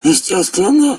естественно